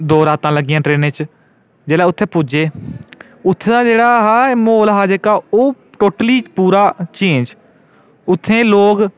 दो रातां लग्गियां ट्रेना च जेह्लै उत्थै पुज्जे उत्थुआं दा म्हौल जेह्का ओह् टोटली पूरा चेंज उत्थूं दे लोक